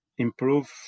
improve